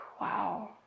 wow